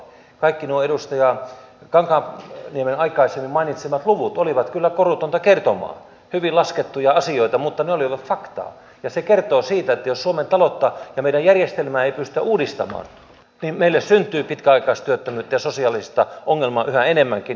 kaikki nuo edustaja kankaanniemen aikaisemmin mainitsemat luvut olivat kyllä korutonta kertomaa hyvin laskettuja asioita mutta ne olivat faktaa ja se kertoo siitä että jos suomen taloutta ja meidän järjestelmäämme ei pystytä uudistamaan niin meille syntyy pitkäaikaistyöttömyyttä ja sosiaalista ongelmaa yhä enemmänkin